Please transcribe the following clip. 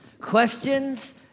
Questions